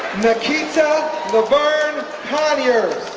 nakeita lavern conyers